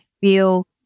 feel